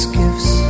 gifts